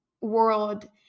world